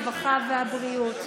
הרווחה והבריאות.